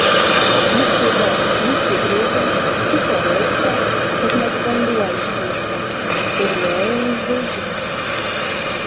ji staiga nusigręžė čiupo rėčką kad net vanduo ištiško ir nuėjo už vežimo